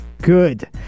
Good